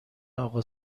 اقا